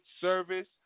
service